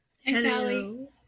Hello